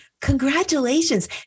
Congratulations